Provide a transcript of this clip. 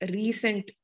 recent